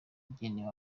igenewe